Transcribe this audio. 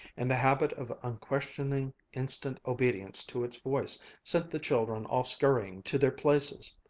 and the habit of unquestioning, instant obedience to its voice sent the children all scurrying to their places,